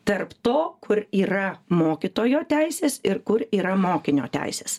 tarp to kur yra mokytojo teisės ir kur yra mokinio teisės